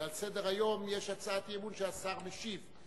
ועל סדר-היום יש הצעת אי-אמון שהשר משיב עליה.